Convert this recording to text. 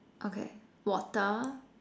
okay water